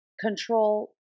control –